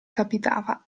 capitava